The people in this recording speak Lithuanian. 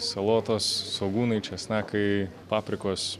salotos svogūnai česnakai paprikos